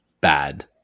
bad